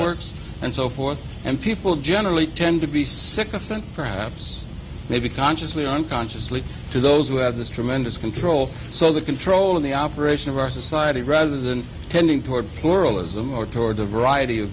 networks and so forth and people generally tend to be sycophantic perhaps maybe consciously or unconsciously to those who have this tremendous control so the control of the operation of our society rather than tending toward pluralism or towards a variety of